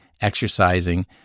exercising